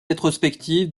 rétrospective